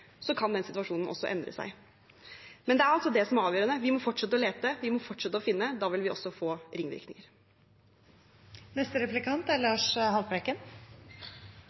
kan den situasjonen også endre seg. Men det er altså det som er avgjørende: Vi må fortsette å lete, vi må fortsette å finne. Da vil vi også få ringvirkninger.